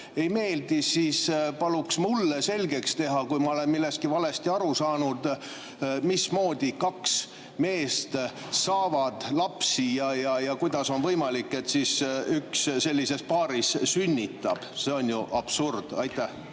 ei meeldi, siis paluks mulle selgeks teha, kui ma olen millestki valesti aru saanud, mismoodi kaks meest saavad lapsi ja kuidas on võimalik, et üks sellises paaris sünnitab. See on ju absurd. Aitäh!